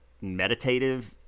meditative